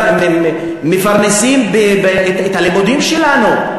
מפרנסים את הלימודים שלנו.